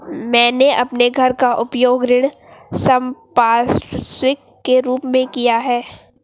मैंने अपने घर का उपयोग ऋण संपार्श्विक के रूप में किया है